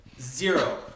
Zero